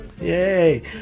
Yay